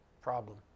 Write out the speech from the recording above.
problem